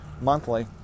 monthly